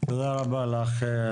תודה רבה לך.